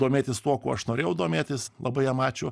domėtis tuo kuo aš norėjau domėtis labai jam ačiū